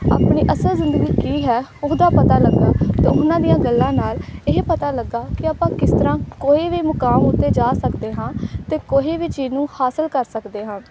ਆਪਣੀ ਅਸਲ ਜ਼ਿੰਦਗੀ ਕੀ ਹੈ ਉਹਦਾ ਪਤਾ ਲੱਗਿਆ ਅਤੇ ਉਹਨਾਂ ਦੀਆਂ ਗੱਲਾਂ ਨਾਲ ਇਹ ਪਤਾ ਲੱਗਿਆ ਕਿ ਆਪਾਂ ਕਿਸ ਤਰ੍ਹਾਂ ਕੋਈ ਵੀ ਮੁਕਾਮ ਉੱਤੇ ਜਾ ਸਕਦੇ ਹਾਂ ਅਤੇ ਕੋਈ ਵੀ ਚੀਜ਼ ਨੂੰ ਹਾਸਿਲ ਕਰ ਸਕਦੇ ਹਾਂ